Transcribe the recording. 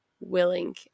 willing